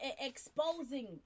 exposing